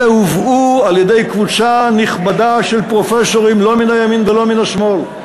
אלה הובאו על-ידי קבוצה נכבדה של פרופסורים לא מן הימין ולא מן השמאל.